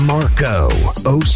Marco